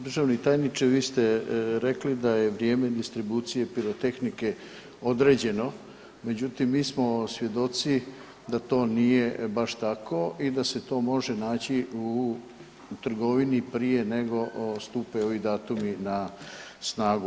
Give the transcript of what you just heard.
Državni tajniče vi ste rekli da je vrijeme distribucije pirotehnike određeno, međutim mi smo svjedoci da to nije baš tako i da se to može naći u trgovini prije nego stupe ovi datumi na snagu.